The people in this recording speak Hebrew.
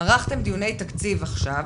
ערכתם דיוני תקציב עכשיו,